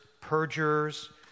perjurers